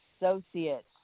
associates